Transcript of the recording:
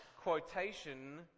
quotation